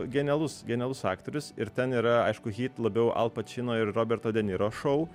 genialus genialus aktorius ir ten yra aišku hyt labiau al pačino ir roberto de niro šou